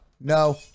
no